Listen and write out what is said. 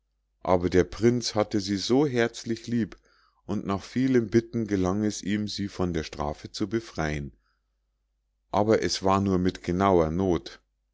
aber der prinz hatte sie so herzlich lieb und nach vielem bitten gelang es ihm sie von der strafe zu befreien aber es war nur mit genauer noth